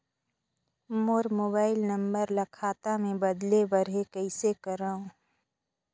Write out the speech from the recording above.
मोर mobile number ल खाता मे बदले बर हे कइसे करव?